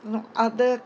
know other